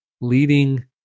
leading